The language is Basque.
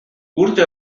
urte